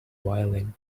violin